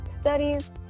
studies